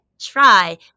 try